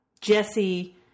Jesse